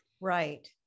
Right